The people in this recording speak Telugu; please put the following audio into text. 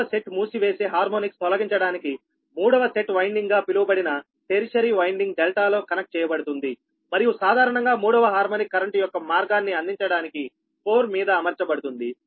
మూడవ సెట్ మూసివేసే హార్మోనిక్స్ తొలగించడానికి మూడవ సెట్ వైండింగ్ గా పిలువబడిన టెరిషిరి వైండింగ్ డెల్టాలో కనెక్ట్ చేయబడుతుంది మరియు సాధారణంగా మూడవ హార్మోనిక్ కరెంట్ యొక్క మార్గాన్ని అందించడానికి కోర్ మీద అమర్చబడుతుంది